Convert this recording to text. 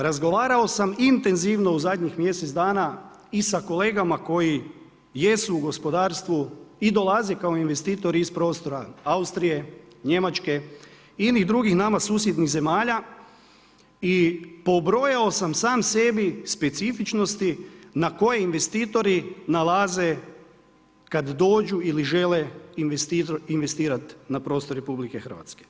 Razgovarao sam intenzivno u zadnjih mjesec dana i sa kolegama koji jesu u gospodarstvu i dolaze kao investitori iz prostora Austrije, Njemačke, inih drugih nama susjednih zemalja, i pobrojao sam sebi specifičnosti na koje investitori nalaze kad dođu ili žele investirati na prostor RH.